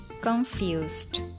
confused